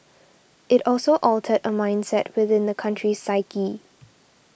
it also altered a mindset within the country's psyche